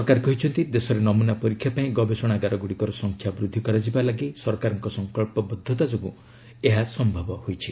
ସରକାର କହିଛନ୍ତି ଦେଶରେ ନମୁନା ପରୀକ୍ଷା ପାଇଁ ଗବେଷଣାଗାରଗୁଡ଼ିକର ସଂଖ୍ୟା ବୃଦ୍ଧି କରାଯିବା ପାଇଁ ସରକାରଙ୍କ ସଂକଳ୍ପବଦ୍ଧତା ଯୋଗୁଁ ଏହା ସମ୍ଭବ ହୋଇଛି